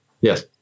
Yes